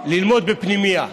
ללמוד בפנימייה.